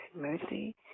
mercy